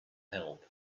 help